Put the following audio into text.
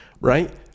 right